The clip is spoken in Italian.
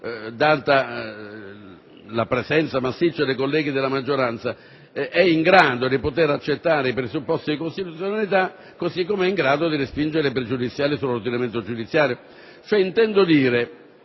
data la presenza massiccia - sarebbe stata in grado di accettare i presupposti di costituzionalità, così come è in grado di respingere le pregiudiziali sull'ordinamento giudiziario. Intendo dire